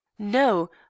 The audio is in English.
No